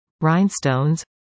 rhinestones